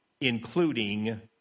including